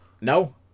No